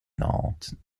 nantes